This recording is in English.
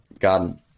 God